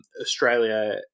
Australia